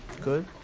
Good